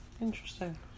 Interesting